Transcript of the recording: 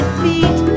feet